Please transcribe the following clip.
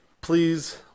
please